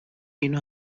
اینو